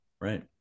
right